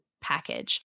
package